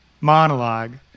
monologue